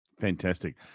Fantastic